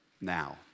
now